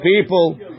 people